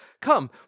Come